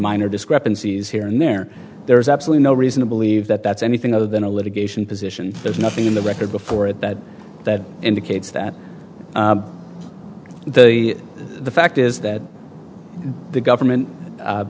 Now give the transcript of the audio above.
minor discrepancies here and there there is absolutely no reason to believe that that's anything other than a litigation position there's nothing in the record before that that indicates that the fact is that the government